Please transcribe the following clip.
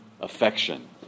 affection